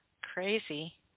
Crazy